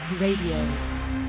RADIO